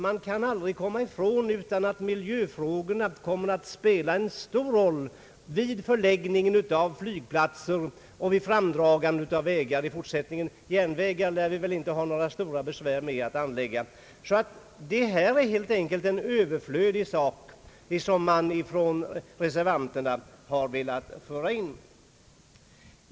Man kan aldrig komma ifrån att miljövårdsfrågorna kommer att spela en stor roll vid förläggning av flygplatser och vid framdragande av vägar i fortsättningen. Järnvägar lär vi väl inte få några stora besvär med att anlägga. Det här är helt enkelt en överflödig sak som reservanterna velat föra in.